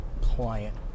client